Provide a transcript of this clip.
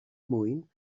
mwyn